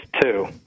two